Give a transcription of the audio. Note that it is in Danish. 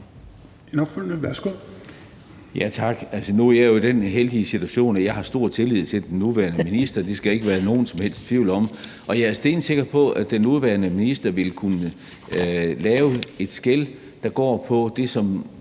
Orla Hav (S): Tak. Altså, nu er jeg jo i den heldige situation, at jeg har stor tillid til den nuværende minister – det skal der ikke være nogen som helst tvivl om – og jeg er stensikker på, at den nuværende minister ville kunne lave et skel, der går på det, som